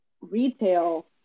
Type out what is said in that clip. retail